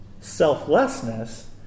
selflessness